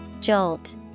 jolt